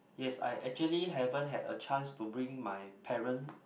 yes I actually haven't had a chance to bring my parent